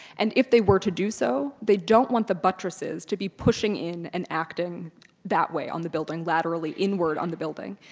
and if they were to do so, they don't want the buttresses to be pushing in and acting that way on the building, laterally inward on the building.